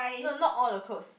no not all the clothes